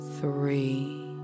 three